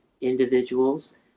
individuals